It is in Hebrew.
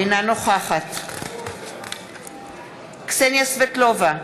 אינה נוכחת קסניה סבטלובה,